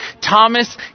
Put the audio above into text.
Thomas